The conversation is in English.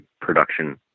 production